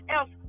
else